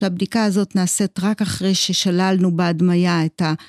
הבדיקה הזאת נעשית רק אחרי ששללנו בהדמיה את ה...